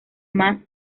más